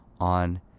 on